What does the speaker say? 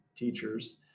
teachers